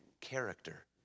character